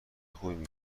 خوبی